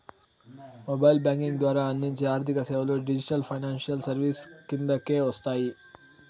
mobile banking ద్వారా అందించే ఆర్థిక సేవలు డిజిటల్ ఫైనాన్షియల్ సర్వీసెస్ కిందకే వస్తాయి